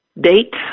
date